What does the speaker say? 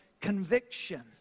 conviction